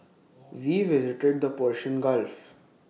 we visited the Persian gulf